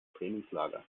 trainingslager